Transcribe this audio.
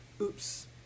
oops